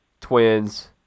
Twins